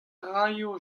raio